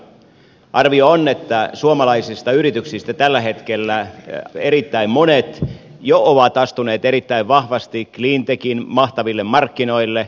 arvio on että suomalaisista yrityksistä tällä hetkellä erittäin monet jo ovat astuneet erittäin vahvasti cleantechin mahtaville markkinoille